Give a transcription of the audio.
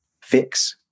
fix